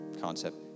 concept